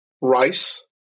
rice